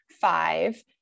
five